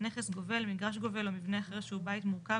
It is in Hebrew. "נכס גובל" מגרש גובל או מבנה אחר שהוא בית מורכב